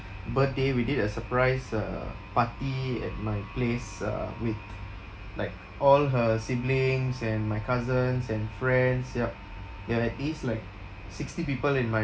birthday we did a surprise uh party at my place uh with like all her siblings and my cousins and friends yup ya at least like sixty people in my